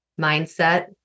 mindset